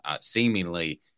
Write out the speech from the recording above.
seemingly